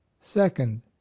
second